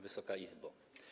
Wysoka Izbo!